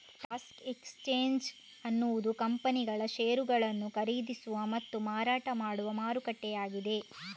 stock exchange ಎನ್ನುವುದು ಕಂಪನಿಗಳ ಷೇರುಗಳನ್ನು ಖರೀದಿಸುವ ಮತ್ತು ಮಾರಾಟ ಮಾಡುವ ಮಾರುಕಟ್ಟೆಯಾಗಿದೆ